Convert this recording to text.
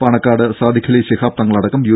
പാണക്കാട് സാദിഖലി ശിഹാബ് തങ്ങളടക്കം യു